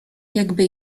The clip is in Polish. jakby